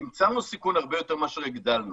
צמצמנו סיכון הרבה יותר מאשר הגדלנו.